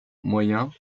moyen